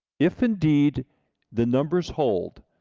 if indeed the numbers hold,